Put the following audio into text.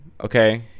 okay